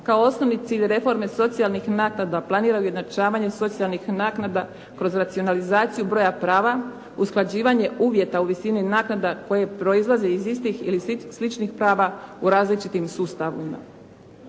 kao osnovni cilj reforme socijalnih naknada planira ujednačavanje socijalnih naknada kroz racionalizaciju broja prava, usklađivanje uvjeta u visini naknada koje proizlazi iz istih ili sličnih prava u različitim sustavima.